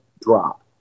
drop